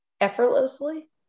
effortlessly